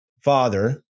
Father